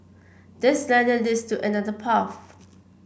this ladder leads to another path